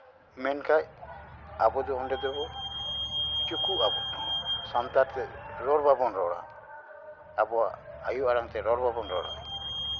ᱢᱮᱱᱠᱷᱟᱡ ᱟᱵᱚ ᱫᱚ ᱚᱸᱰᱮ ᱫᱚ ᱪᱩᱠᱩᱜ ᱟᱵᱚᱱ ᱥᱟᱱᱛᱟᱲ ᱛᱮ ᱨᱚᱲ ᱵᱟᱵᱚᱱ ᱨᱚᱲᱟ ᱟᱵᱚᱣᱟᱜ ᱟᱭᱳ ᱟᱲᱟᱝᱛᱮ ᱨᱚᱲ ᱵᱟᱵᱚᱱ ᱨᱚᱲᱟ